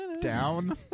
Down